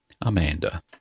Amanda